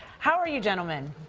how are you gentlemen?